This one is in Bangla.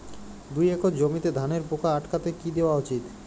দুই একর জমিতে ধানের পোকা আটকাতে কি দেওয়া উচিৎ?